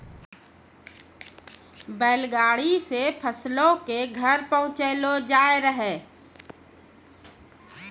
बैल गाड़ी से फसलो के घर पहुँचैलो जाय रहै